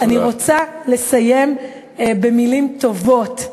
אני רוצה לסיים במילים טובות.